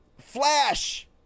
flash